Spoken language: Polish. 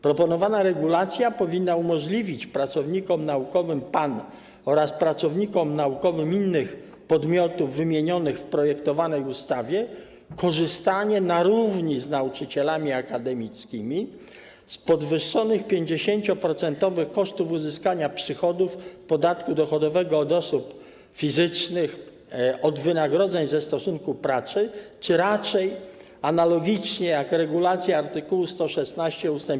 Proponowana regulacja powinna umożliwić pracownikom naukowym PAN oraz pracownikom naukowym innych podmiotów, wymienionych w projektowanej ustawie, korzystanie na równi z nauczycielami akademickimi z podwyższonych, 50-procentowych kosztów uzyskania przychodów, w przypadku podatku dochodowego od osób fizycznych, od wynagrodzeń ze stosunku pracy czy raczej - analogicznie do regulacji z art. 116 ust.